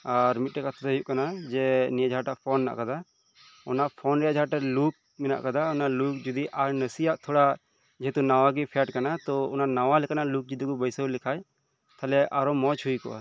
ᱟᱨ ᱢᱤᱫ ᱴᱮᱱ ᱠᱟᱛᱷᱟ ᱫᱚ ᱦᱳᱭᱳᱜ ᱠᱟᱱᱟ ᱡᱮ ᱱᱤᱭᱟᱹ ᱡᱟᱦᱟᱸᱴᱟᱜ ᱯᱷᱳᱱ ᱦᱮᱱᱟᱜ ᱟᱠᱟᱫᱟ ᱚᱱᱟ ᱯᱷᱳᱱ ᱨᱮᱭᱟᱜ ᱡᱟᱦᱟᱸᱴᱟᱜ ᱞᱩᱠ ᱢᱮᱱᱟᱜ ᱟᱠᱟᱫᱟ ᱞᱩᱠ ᱡᱩᱫᱤ ᱟᱨ ᱱᱟᱥᱮᱭᱟᱜ ᱛᱷᱚᱲᱟ ᱡᱮᱦᱮᱛᱩ ᱱᱟᱶᱟᱜᱮ ᱯᱷᱮᱰ ᱟᱠᱟᱱᱟ ᱛᱚ ᱚᱱᱟ ᱱᱟᱶᱟ ᱞᱮᱠᱟᱱᱟᱜ ᱞᱩᱠ ᱡᱩᱫᱤ ᱠᱚ ᱵᱟᱹᱭᱥᱟᱹᱣ ᱞᱮᱠᱷᱟᱱ ᱛᱟᱦᱞᱮ ᱟᱨᱚ ᱢᱚᱸᱡᱽ ᱦᱳᱭ ᱠᱚᱜᱼᱟ